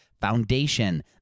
Foundation